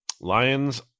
Lions